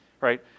Right